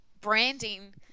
branding